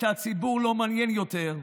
את הציבור לא מעניין יותר,